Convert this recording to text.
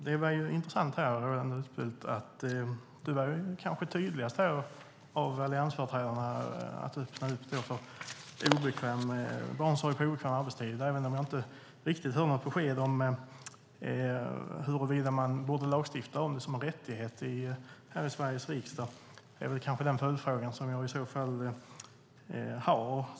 Herr talman! Det var intressant att lyssna på Roland Utbult. Han var den kanske tydligaste av alliansföreträdarna med att öppna för barnomsorg på obekväm arbetstid, även om jag inte fick något riktigt besked om huruvida vi i Sveriges riksdag borde lagstifta om det så att det blir en rättighet. Det är den följdfråga jag i så fall har.